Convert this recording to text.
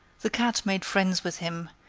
the cat made friends with him,